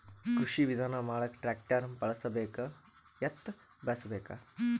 ಕೃಷಿ ವಿಧಾನ ಮಾಡಾಕ ಟ್ಟ್ರ್ಯಾಕ್ಟರ್ ಬಳಸಬೇಕ, ಎತ್ತು ಬಳಸಬೇಕ?